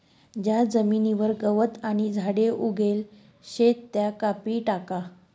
ज्या जमीनवर गवत आणि झाडे उगेल शेत त्या कापी टाका